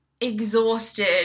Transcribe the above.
exhausted